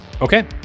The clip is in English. Okay